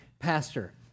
pastor